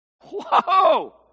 Whoa